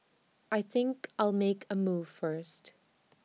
I think I'll make A move first